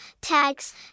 tags